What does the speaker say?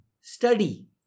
study